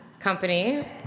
company